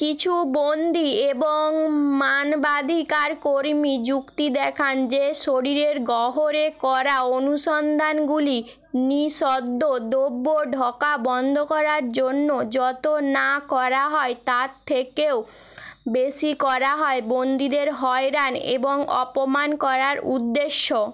কিছু বন্দী এবং মানবাধিকার কর্মী যুক্তি দেখান যে শরীরের গহ্বরে করা অনুসন্ধানগুলি নিষিদ্ধ দ্রব্য ঢোকা বন্ধ করার জন্য যত না করা হয় তার থেকেও বেশি করা হয় বন্দীদের হয়রান এবং অপমান করার উদ্দেশ্য